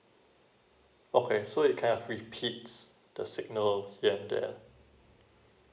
okay so it kind of repeats the signal here and there